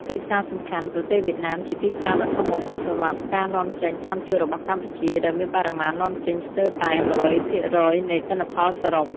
ទីផ្សារសំខាន់ ប្រទេសវៀតណាមជាទីផ្សារដ៏ធំបំផុតសម្រាប់ការនាំចេញថ្នាំជក់របស់កម្ពុជា ដោយមានបរិមាណនាំចេញស្ទើរតែ ១០០ភាំគរយនៃទិន្នផលសរុប។